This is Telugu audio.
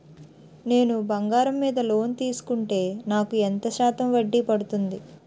నేను బంగారం మీద లోన్ తీసుకుంటే నాకు ఎంత శాతం వడ్డీ పడుతుంది?